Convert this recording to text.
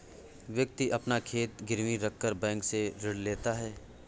व्यक्ति अपना खेत गिरवी रखकर बैंक से ऋण लेता है